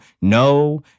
no